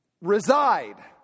reside